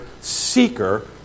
seeker